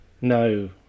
No